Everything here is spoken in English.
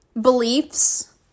beliefs